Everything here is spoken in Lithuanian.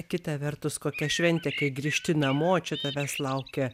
kita vertus kokia šventė kai grįžti namoo čia tavęs laukia